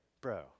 Bro